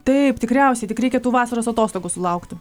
taip tikriausiai tik reikia tų vasaros atostogų sulaukti